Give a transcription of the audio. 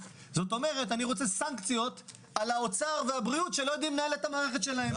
אני רוצה סנקציות על האוצר והבריאות שלא יודעים לנהל את המערכת שלהם.